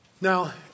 Now